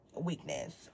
weakness